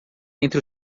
entre